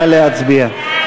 נא להצביע.